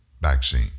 vaccine